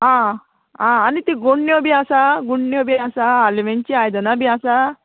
आं आं आनी त्यो गुंण्यो बी आसा गुंण्यो बी आसा आलमिनची आयदनां बी आसा